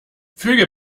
füge